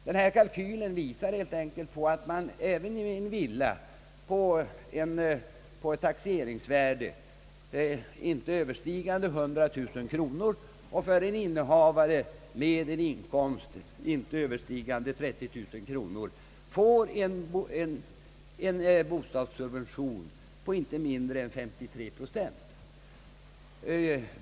Denna kalkyl visar helt enkelt att även för en villa med ett taxeringsvärde icke överstigande 100 009 kronor en innehavare med en inkomst icke överstigande 30 000 kronor får en bostadssubvention på inte mindre än 33 procent.